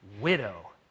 widow